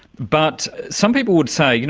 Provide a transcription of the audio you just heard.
but some people would say you know